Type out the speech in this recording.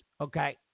okay